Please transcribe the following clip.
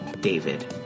David